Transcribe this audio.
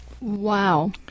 Wow